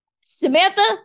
Samantha